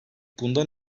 bundan